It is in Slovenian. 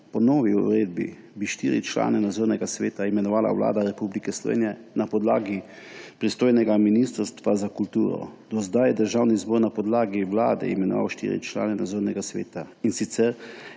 Po novi uredbi bi štiri člane Nadzornega sveta imenovala Vlada Republike Slovenije na podlagi pristojnega Ministrstva za kulturo. Do zdaj je Državni zbor na podlagi Vlade imenoval štiri člane Nadzornega sveta, in sicer